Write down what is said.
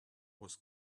was